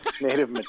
native